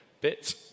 bit